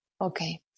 Okay